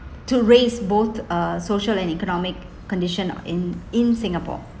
to raise both uh social and economic condition or in in singapore